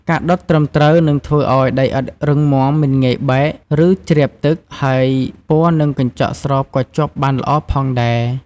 ការដុតត្រឹមត្រូវនឹងធ្វើឲ្យដីឥដ្ឋរឹងមាំ មិនងាយបែក ឬជ្រាបទឹក ហើយពណ៌ និងកញ្ចក់ស្រោបក៏ជាប់បានល្អផងដែរ។